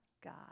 God